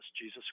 Jesus